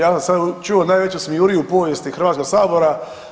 Ja sam sada čuo najveću smijuriju u povijesti Hrvatskoga sabora.